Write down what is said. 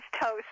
toast